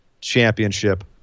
Championship